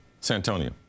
Santonio